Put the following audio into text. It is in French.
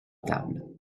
tables